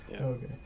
Okay